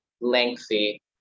lengthy